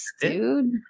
dude